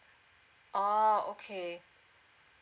orh okay